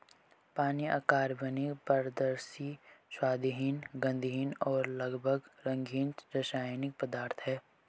पानी अकार्बनिक, पारदर्शी, स्वादहीन, गंधहीन और लगभग रंगहीन रासायनिक पदार्थ है